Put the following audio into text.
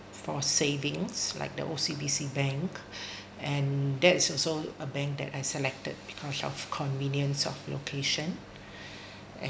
for savings like the O_C_B_C bank and that's also a bank that I selected because of convenience of location